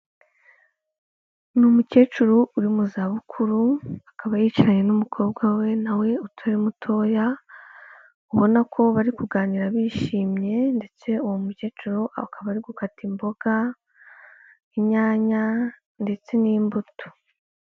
Ni umukecuru uri mu za bukuru, akaba yicaranye n'umukobwa we nawe uturi mutoya, ubona ko bari kuganira bishimye ndetse uwo mukecuru akaba ari gukata imboga, inyanya ndetse n'imbuto.